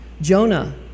Jonah